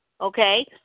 Okay